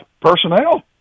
personnel